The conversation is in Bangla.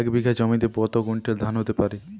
এক বিঘা জমিতে কত কুইন্টাল ধান হতে পারে?